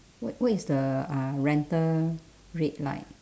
what what is the uh rental rate like